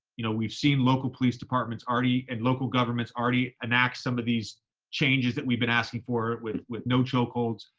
you know, we've seen local police departments already and local governments already enact some of these changes that we've been asking for with, with no chokeholds,